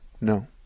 no